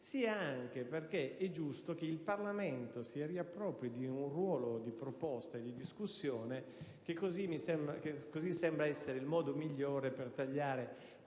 sì, come è giusto, che il Parlamento si riappropri di un ruolo di proposta e di discussione che sembra essere il modo migliore per tagliare